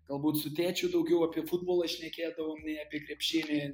galbūt su tėčiu daugiau apie futbolą šnekėdavom nei apie krepšinį